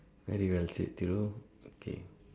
very well said Thiru okay